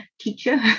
teacher